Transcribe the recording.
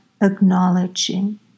acknowledging